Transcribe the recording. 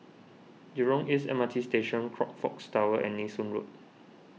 Jurong East M R T Station Crockfords Tower and Nee Soon Road